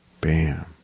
bam